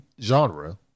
genre